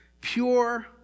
pure